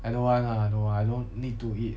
I don't want ah I don't want I don't need to eat